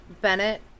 Bennett